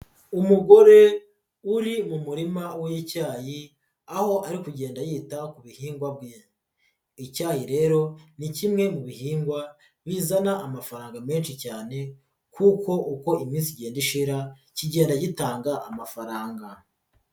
Umugore uri mu murima w'icyayi aho ari kugenda yita ku bihingwa bye, icyayi rero ni kimwe mu bihingwa bizana amafaranga menshi cyane kuko uko iminsi igenda ishira kigenda gitanga amafaranga.